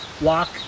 walk